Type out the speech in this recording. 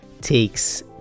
takes